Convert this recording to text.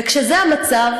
וכשזה המצב,